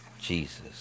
Jesus